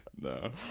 No